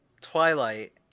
twilight